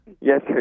Yes